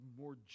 more